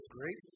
great